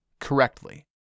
correctly